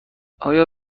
آیا